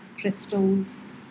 crystals